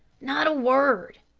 not a word.